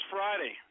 Friday